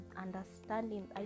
understanding